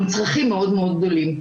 עם צרכים מאוד מאוד גדולים.